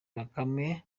bakame